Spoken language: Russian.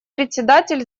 председатель